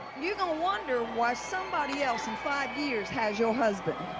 you gon' wonder why somebody else in five years has your husband.